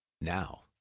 Now